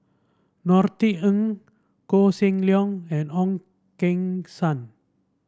Norothy Ng Koh Seng Leong and Ong Keng Sen